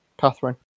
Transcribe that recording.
Catherine